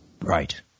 Right